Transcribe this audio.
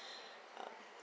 um